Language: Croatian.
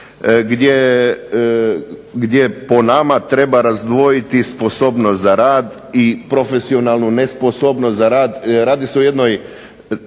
gdje po nama treba razdvojiti sposobnost za rad i profesionalnu nesposobnost za rad, radi se o jednoj